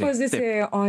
pozicijoj o